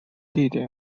地点